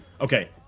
okay